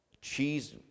Cheese